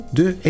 de